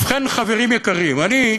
ובכן, חברים יקרים, אני,